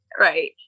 Right